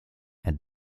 and